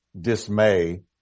dismay